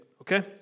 okay